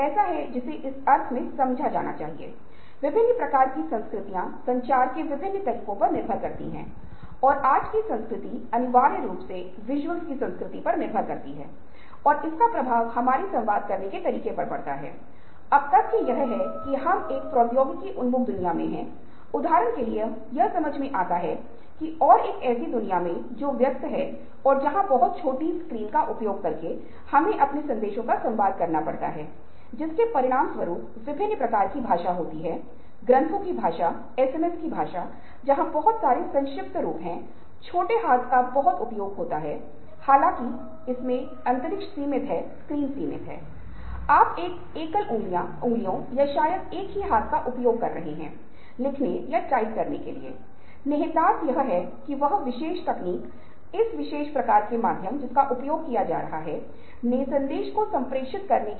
फिर bench marking की प्रक्रिया में आप इस बात पर राष्ट्रीयकरण कर सकते हैं कि किस वेबसाइट पर कौन सी वेबसाइट बेहतर है या किस वेबसाइट की कमी है और फिर आप तर्क को लागू करके और यह सुनकर निष्कर्ष निकाल सकते हैं कि किसी विशेष संस्थान की वेबसाइट दूसरे से बेहतर है